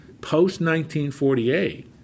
post-1948